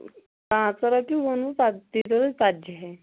پانٛژھ ترٛہہ رۄپیہِ ووٚنمو پتہٕ دیٖتو تُہۍ ژَتجی ہے